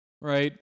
right